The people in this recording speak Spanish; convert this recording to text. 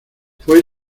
fue